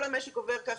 כל המשק עובד כך.